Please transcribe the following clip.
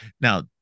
now